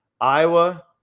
Iowa